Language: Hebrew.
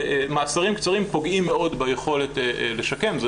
ומאסרים קצרים פוגעים מאוד ביכולת לשקם,